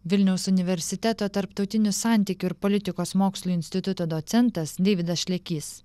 vilniaus universiteto tarptautinių santykių ir politikos mokslų instituto docentas deividas šlekys